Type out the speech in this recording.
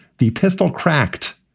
the pistol cracked.